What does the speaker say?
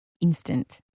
instant